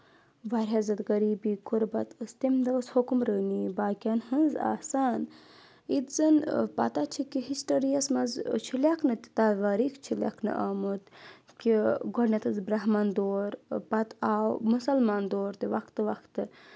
واریاہ زیادٕ غریٖبی غُربت ٲس تمہِ دۄہ ٲس حُکُمرٲنی باقیَن ہٕنٛز آسان ییٚتہِ زَن پَتہ چھِ کہِ ہِسٹری یَس منٛز چھُ لیکھنہٕ تہِ تَوَریٖخ چھِ لیکھنہٕ آمُت کہِ گۄڈنؠتھ ٲس برٛہمن دور پَتہٕ آو مُسَلمان دور تہِ وقتہٕ وقتہٕ